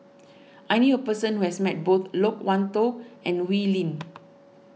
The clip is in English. I knew a person who has met both Loke Wan Tho and Wee Lin